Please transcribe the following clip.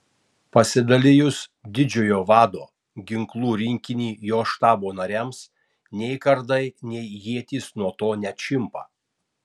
pasidalijus didžiojo vado ginklų rinkinį jo štabo nariams nei kardai nei ietys nuo to neatšimpa